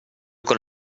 con